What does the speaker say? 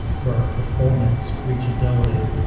for performance, reachability,